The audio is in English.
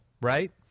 right